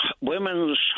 women's